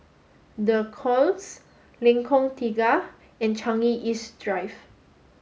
The Knolls Lengkong Tiga and Changi East Drive